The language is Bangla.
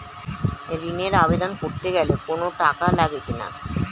ঋণের আবেদন করতে গেলে কোন টাকা লাগে কিনা?